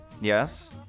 Yes